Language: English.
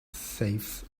saves